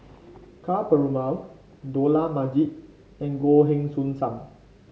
Ka Perumal Dollah Majid and Goh Heng Soon Sam